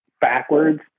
backwards